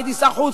הייתי שר חוץ,